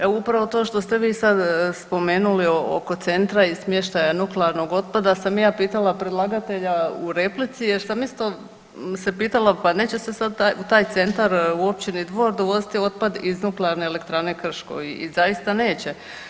E upravo to što ste vi sad spomenuli oko centra i smještaja nuklearnog otpada sam ja pitala predlagatelja u replici jer sam isto se pitala pa neće se sad u taj centar u općini Dvor dovoziti otpad iz Nuklearne elektrane Krško i zaista neće.